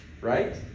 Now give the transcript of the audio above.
right